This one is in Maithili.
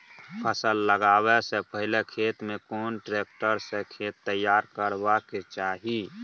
फसल लगाबै स पहिले खेत में कोन ट्रैक्टर स खेत तैयार करबा के चाही?